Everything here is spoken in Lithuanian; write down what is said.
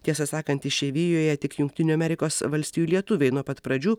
tiesą sakant išeivijoje tik jungtinių amerikos valstijų lietuviai nuo pat pradžių